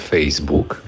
Facebook